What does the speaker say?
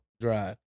drive